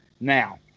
now